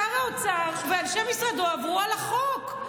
שר האוצר ואנשי משרדו עברו על החוק.